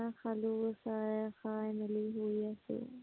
চাহ খালো চাহ খাই মেলি শুই আছোঁ